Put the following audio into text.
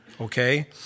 okay